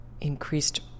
increased